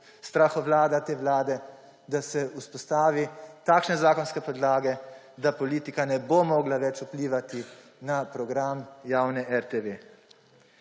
strahovlada te vlade, da se vzpostavi takšne zakonske podlage, da politika ne bo mogla več vplivati na program javne RTV.